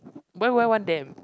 why would I want them